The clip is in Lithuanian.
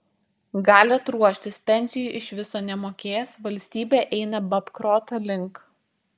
galit ruoštis pensijų iš viso nemokės valstybė eina babkroto link